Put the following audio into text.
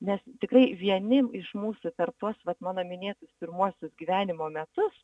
nes tikrai vieni iš mūsų per tuos vat mano minėtus pirmuosius gyvenimo metus